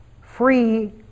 free